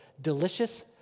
delicious